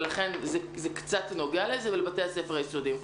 ולכן זה קצת נוגע לזה ולבתי הספר היסודיים.